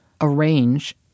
arrange